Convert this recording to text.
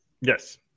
Yes